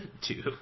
Two